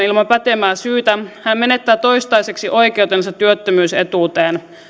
ilman pätevää syytä hän menettää toistaiseksi oikeutensa työttömyysetuuteen